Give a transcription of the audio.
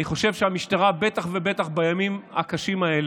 אני חושב שהמשטרה, בטח ובטח בימים הקשים האלה,